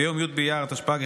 ביום י' באייר התשפ"ג,